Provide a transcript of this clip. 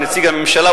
כנציג הממשלה,